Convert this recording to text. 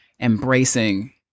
embracing